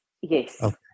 Yes